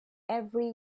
every